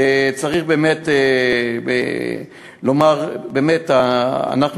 וצריך לומר באמת,